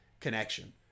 connection